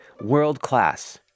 world-class